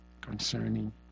concerning